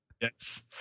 Yes